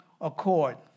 accord